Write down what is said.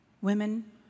women